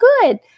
good